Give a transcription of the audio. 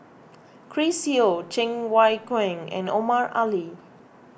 Chris Yeo Cheng Wai Keung and Omar Ali